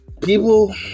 people